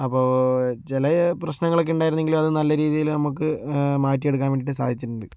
അപ്പോൾ ചില പ്രശ്നങ്ങളൊക്കെ ഉണ്ടായിരുന്നെങ്കിലും അത് നല്ല രീതിയില് നമുക്ക് മാറ്റിയെടുക്കാൻ വേണ്ടിയിട്ട് സാധിച്ചിട്ടുണ്ട്